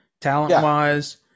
Talent-wise